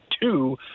two